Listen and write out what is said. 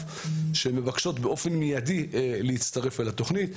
ומבקשות באופן מידי להצטרף אל התוכנית.